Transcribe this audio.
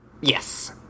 yes